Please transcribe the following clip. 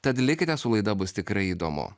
tad likite su laida bus tikrai įdomu